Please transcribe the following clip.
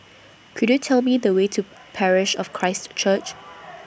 Could YOU Tell Me The Way to Parish of Christ Church